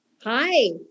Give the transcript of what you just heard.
Hi